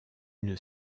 une